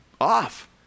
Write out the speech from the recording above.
off